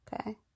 okay